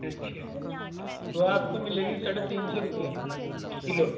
اچھا وہ آپ کو ملے گی ساڑھے تین سو روپئے کلو